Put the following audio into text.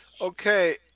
Okay